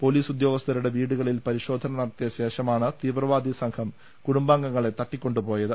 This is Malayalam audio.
പോലീസ് ഉദ്യാഗസ്ഥരുടെ വീടുകളിൽ പരിശോധന നടത്തിയ ശേഷമാണ് തീവ്രവാദി സംഘം കുടുംബാം ഗങ്ങളെ തട്ടിക്കൊണ്ടുപോയത്